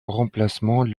remplacement